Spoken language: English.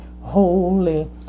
holy